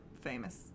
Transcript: famous